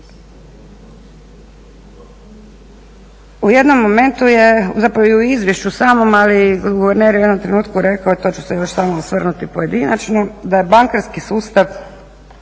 U jednom momentu je, zapravo i u izvješću samom ali i guverner u jednom trenutku rekao i to ću se još samo osvrnuti pojedinačno da je bankarski sustav